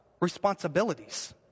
Responsibilities